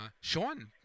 Sean